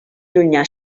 llunyà